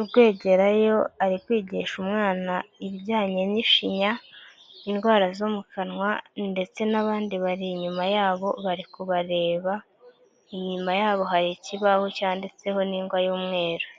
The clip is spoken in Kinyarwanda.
rwegerayo, ari kwigisha umwana ibijyanye n'ishinya, indwara zo mu kanwa ndetse n'abandi bari inyuma yabo bari kubareba, inyuma yabo hari ikibaho cyanditseho n'ingwa y'umweru.